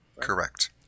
Correct